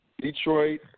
Detroit